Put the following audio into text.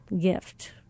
gift